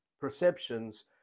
perceptions